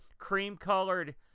cream-colored